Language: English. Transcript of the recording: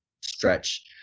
stretch